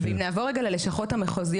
ואם נעבור רגע לוועדות המחוזיות,